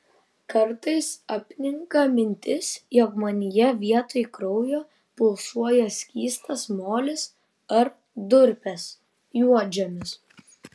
kartais apninka mintis jog manyje vietoj kraujo pulsuoja skystas molis ar durpės juodžemis